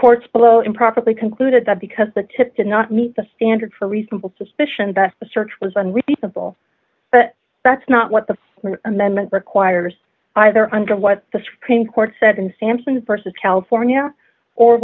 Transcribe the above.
courts below improperly concluded that because the tip did not meet the standard for reasonable suspicion best the search was unreasonable but that's not what the amendment requires either under what the supreme court said in sampson versus california or